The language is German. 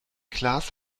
klaas